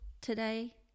today